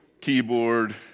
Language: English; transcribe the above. keyboard